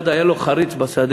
אחד היו לו חריץ בשדה,